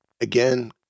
Again